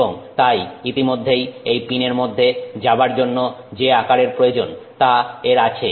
এবং তাই ইতিমধ্যেই এই পিনের মধ্যে যাবার জন্য যে আকারের প্রয়োজন তা এর আছে